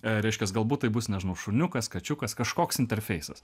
reiškias galbūt tai bus nežinau šuniukas kačiukas kažkoks interfeisas